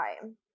time